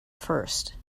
first